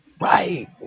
right